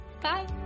Bye